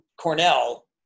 Cornell